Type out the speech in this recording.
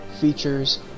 features